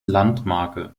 landmarke